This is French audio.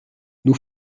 nous